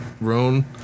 Roan